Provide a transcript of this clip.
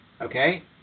Okay